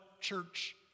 church